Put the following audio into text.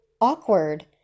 awkward